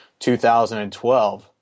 2012